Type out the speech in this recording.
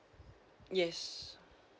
yes